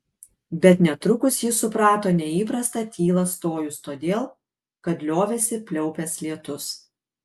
bet netrukus ji suprato neįprastą tylą stojus todėl kad liovėsi pliaupęs lietus